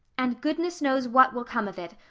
and goodness knows what will come of it,